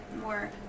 more